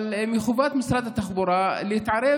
אבל מחובת משרד התחבורה להתערב